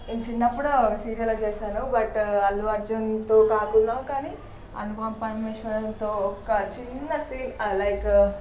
నేను చిన్నప్పుడు ఒక సీరియల్లో చేశాను బట్ అల్లు అర్జున్తో కాకున్నా కానీ అనుపమ పరమేశ్వరన్తో ఒక చిన్న సీన్ లైక్